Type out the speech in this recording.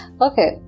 Okay